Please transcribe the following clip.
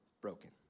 broken